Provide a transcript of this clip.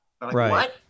Right